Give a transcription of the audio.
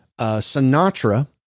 Sinatra